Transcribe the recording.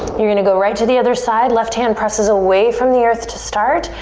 you're gonna go right to the other side. left hand presses away from the earth to start.